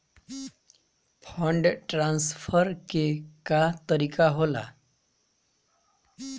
Fund transfer के का तरीका होला?